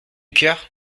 cœur